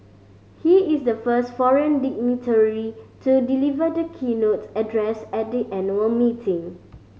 he is the first foreign dignitary to deliver the keynote address at the annual meeting